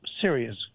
serious